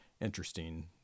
interesting